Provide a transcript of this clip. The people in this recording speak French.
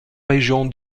région